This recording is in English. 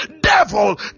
Devil